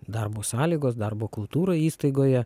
darbo sąlygos darbo kultūra įstaigoje